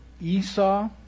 Esau